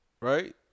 Right